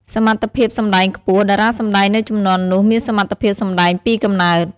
សមត្ថភាពសម្ដែងខ្ពស់ តារាសម្តែងនៅជំនាន់នោះមានសមត្ថភាពសម្ដែងពីកំណើត។